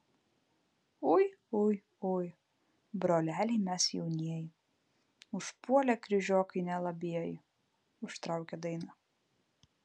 ui ui ui broleliai mes jaunieji užpuolė kryžiokai nelabieji užtraukė dainą